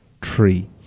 tree